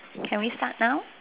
can we start now